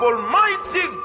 Almighty